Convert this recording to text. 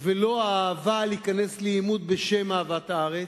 ולא האהבה להיכנס לעימות בשם אהבת הארץ,